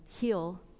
heal